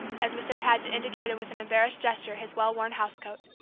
as mr. paget indicated with an embarrassed gesture his well worn house-coat.